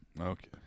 okay